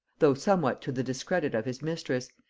though somewhat to the discredit of his mistress,